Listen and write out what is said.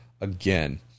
again